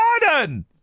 garden